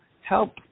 help